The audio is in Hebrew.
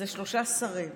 זה שלושה שרים.